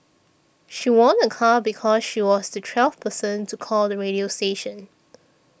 she won a car because she was the twelfth person to call the radio station